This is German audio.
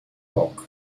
bock